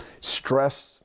Stress